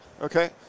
Okay